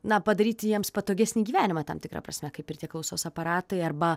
na padaryti jiems patogesnį gyvenimą tam tikra prasme kaip ir tie klausos aparatai arba